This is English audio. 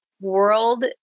world